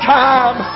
time